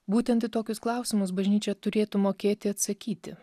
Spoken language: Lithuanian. būtent į tokius klausimus bažnyčia turėtų mokėti atsakyti